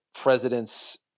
president's